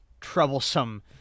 troublesome